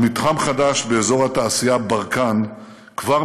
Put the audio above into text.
על מתחם חדש באזור התעשייה ברקן כבר